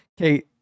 Okay